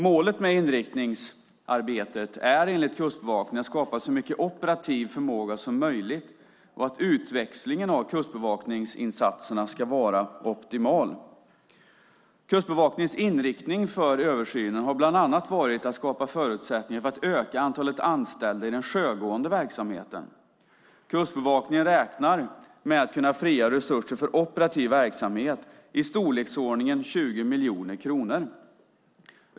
Målet med inriktningsarbetet är enligt Kustbevakningen att skapa så mycket operativ förmåga som möjligt och att utväxlingen av kustbevakningsinsatserna ska vara optimal. Kustbevakningens inriktning för översynen har bland annat varit att skapa förutsättningar för att öka antalet anställda i den sjögående verksamheten. Kustbevakningen beräknar att kunna frigöra resurser för operativ verksamhet i storleksordningen 20 miljoner kronor.